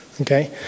Okay